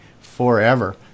forever